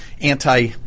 anti